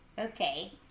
Okay